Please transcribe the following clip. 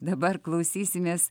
dabar klausysimės